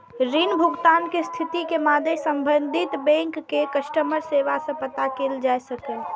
ऋण भुगतान के स्थिति के मादे संबंधित बैंक के कस्टमर सेवा सं पता कैल जा सकैए